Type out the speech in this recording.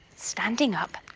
standing up,